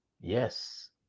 Yes